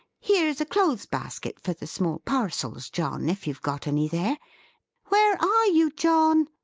here's a clothes-basket for the small parcels, john, if you've got any there where are you, john?